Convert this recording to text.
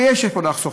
ויש איפה לחסוך.